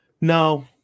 No